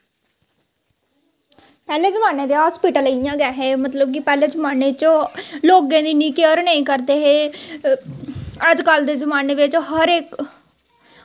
पैह्ले जमानै दे हॉस्पिटल इंया गै हे मतलब कि पैह्ले जमानै च लोगें दी इन्नी केयर नेईं करदे हे अज्जकल दे जमानै बिच हर इक्क